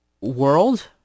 world